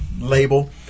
label